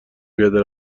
پیاده